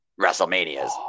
WrestleManias